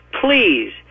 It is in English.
please